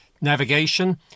navigation